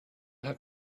have